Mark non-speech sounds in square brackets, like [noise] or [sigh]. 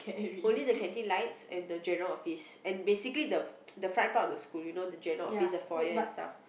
only the canteen lights and the general office and basically the [noise] the front part of the school you know the general office the foyer and stuff